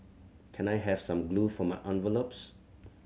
can I have some glue for my envelopes